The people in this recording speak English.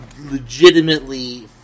legitimately